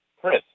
Chris